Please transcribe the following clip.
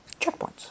Checkpoints